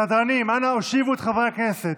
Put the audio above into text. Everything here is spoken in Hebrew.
סדרנים, אנא הושיבו את חברי הכנסת.